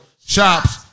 shops